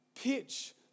pitch